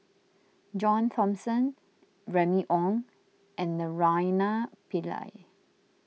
John Thomson Remy Ong and Naraina Pillai